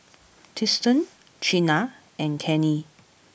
Tristen Chynna and Cannie